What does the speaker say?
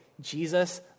Jesus